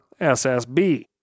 SSB